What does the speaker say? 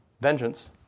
vengeance